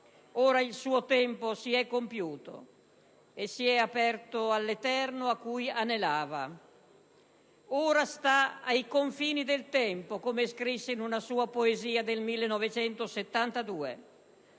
Ora il suo tempo si è compiuto e si è aperto all'eterno a cui anelava. Ora sta ai confini del tempo, come scrisse in una sua poesia del 1972.